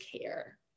care